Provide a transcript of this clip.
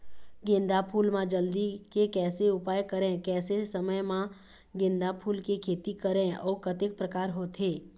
गेंदा फूल मा जल्दी के कैसे उपाय करें कैसे समय मा गेंदा फूल के खेती करें अउ कतेक प्रकार होथे?